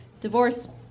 divorce